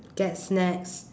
get snacks